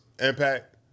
impact